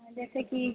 जइसे कि